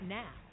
now